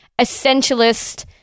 essentialist